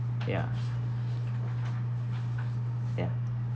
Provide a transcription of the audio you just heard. ya ya